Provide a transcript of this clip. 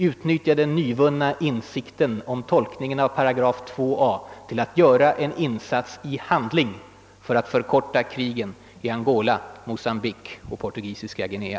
Utnyttja den nyvunna insikten om tolkningen av § 2. a i EFTA:s stadga för att göra en insats i syfte att förkorta krigen i Angola, Mocambique och Portugisiska Guinea.